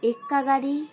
এক্কা গাড়ি